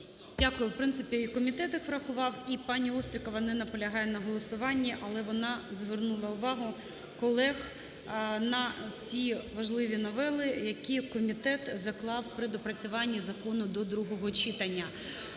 Дякую. В принципі, і комітет їх врахував і пані Острікова не наполягає на голосуванні, але вона звернула увагу колег на ті важливі новели, які комітет заклав при доопрацюванні закону до другого читання.